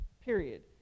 period